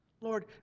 Lord